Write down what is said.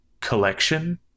collection